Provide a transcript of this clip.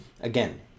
Again